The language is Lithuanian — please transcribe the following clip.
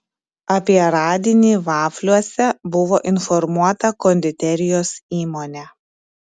apie radinį vafliuose buvo informuota konditerijos įmonė